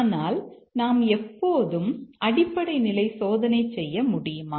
ஆனால் நாம் எப்போதும் அடிப்படை நிலை சோதனை செய்ய முடியுமா